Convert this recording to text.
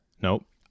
Nope